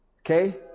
Okay